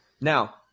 Now